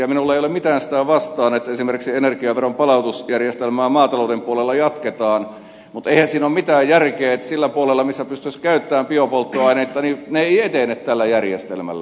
minulla ei ole mitään sitä vastaan että esimerkiksi energiaveron palautusjärjestelmää maatalouden puolella jatketaan mutta eihän siinä ole mitään järkeä että sillä puolella millä pystyisi käyttämään biopolttoaineita ne eivät etene tällä järjestelmällä